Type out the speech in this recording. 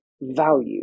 value